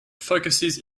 focuses